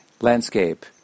landscape